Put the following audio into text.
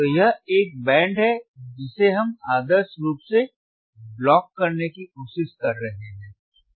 तो यह एक बैंड है जिसे हम आदर्श रूप से ब्लॉक करने की कोशिश कर रहे हैं